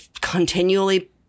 continually